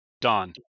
Don